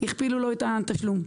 הכפילו לו את התשלום.